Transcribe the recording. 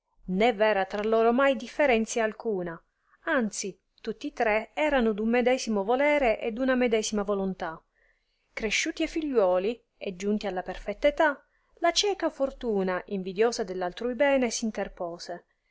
né v'era tra loro mai differenzia alcuna anzi tutti tre erano d un medesimo volere e d'una medesima volontà cresciuti e figliuoli e giunti alla perfetta età la cieca fortuna invidiosa dell altrui bene s'interpose